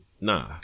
Nah